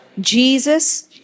Jesus